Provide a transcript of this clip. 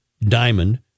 Diamond